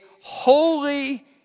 holy